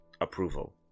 approval